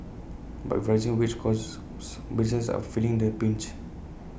but with rising wage costs businesses are feeling the pinch